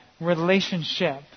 relationship